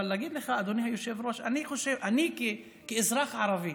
אני אגיד לך, אדוני היושב-ראש, אני כאזרח ערבי